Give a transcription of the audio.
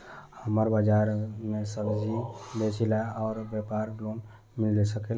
हमर बाजार मे सब्जी बेचिला और व्यापार लोन मिल सकेला?